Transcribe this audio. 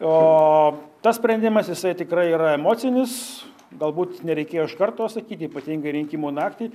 o tas sprendimas jisai tikrai yra emocinis galbūt nereikėjo iš karto sakyti ypatingai rinkimų naktį